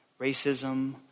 racism